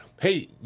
Hey